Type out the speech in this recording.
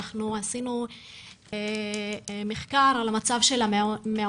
אנחנו בנגב מדברים על שתי מועצות אזוריות,